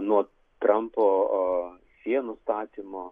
nuo trampo sienų statymo